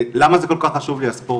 למה זה כל כך חשוב לי הספורט,